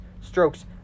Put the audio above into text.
strokes